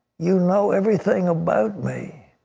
you know everything about me.